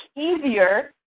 easier